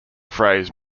phrase